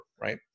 Right